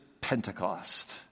Pentecost